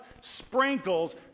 sprinkles